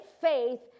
faith